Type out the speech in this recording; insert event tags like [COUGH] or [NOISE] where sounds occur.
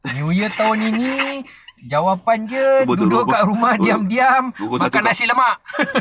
new year tahun ini [LAUGHS] jawapan dia duduk kat rumah diam-diam makan nasi lemak